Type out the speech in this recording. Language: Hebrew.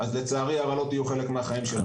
אז לצערי הרעלות יהיו חלק מהחיים שלנו.